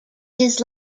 his